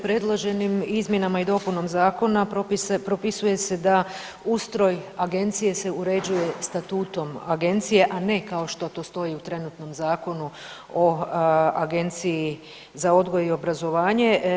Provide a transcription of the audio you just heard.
Predloženim izmjenama i dopunom zakona propisuje se da ustroj agencije se uređuje Statutom agencije, a ne kao što to stoji u trenutnom Zakonu o Agenciji za odgoj i obrazovanje.